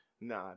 Nah